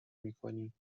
میکنیم